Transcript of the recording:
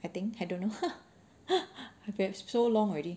I think I don't know have been so long already